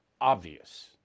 obvious